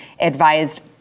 advised